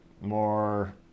more